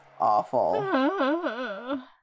Awful